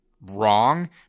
wrong